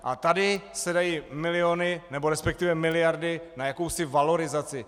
A tady se dají miliony, nebo resp. miliardy na jakousi valorizaci.